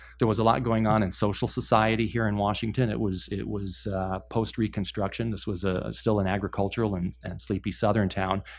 there was a lot going on in social society here in washington. it was it was post-reconstruction. this was ah still an agricultural and and sleepy southern town.